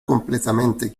completamente